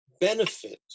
benefit